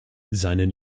seinen